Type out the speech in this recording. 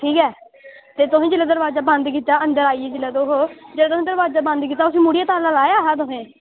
ते जेल्लै तुसें दरोआजा बंद कीता अंदर आई गे तुस ओह् जेल्लै तुसें दरोआजा बंद कीता मुड़ियै ताला लाया हा